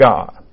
God